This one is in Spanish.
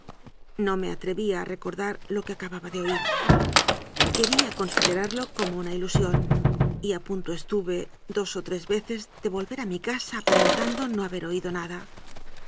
no me atrevía a recordar lo que acababa de oír quería considerarlo como una ilu sión y a punto estuve dos o tres veces de volver a mi casa aparentando no haber oído nada